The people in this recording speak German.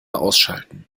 ausschalten